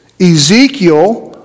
Ezekiel